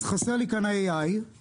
אז חסר לי כאן AI קצת.